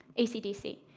ac dc,